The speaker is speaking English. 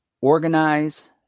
organize